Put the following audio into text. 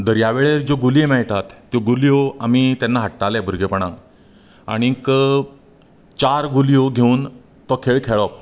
दर्यावेळेर ज्यो गुली मेळटात त्यो गुलयो आमी तेन्ना हाडटाले भुरगेंपणांक आनीक चार गुलयो घेवन तो खेळ खेळप